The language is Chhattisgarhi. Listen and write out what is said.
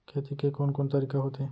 खेती के कोन कोन तरीका होथे?